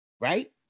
Right